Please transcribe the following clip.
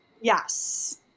Yes